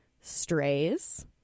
Strays